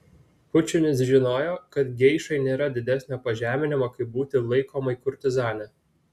pučinis žinojo kad geišai nėra didesnio pažeminimo kaip būti laikomai kurtizane